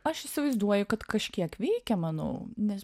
aš įsivaizduoju kad kažkiek veikė manau nes